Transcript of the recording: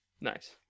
Nice